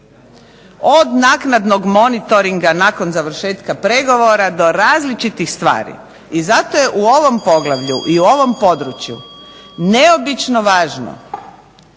od naknadnog monitoringa nakon završetka pregovora do različitih stvari. Zato je u ovom poglavlju i ovom području neobično važno,